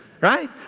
Right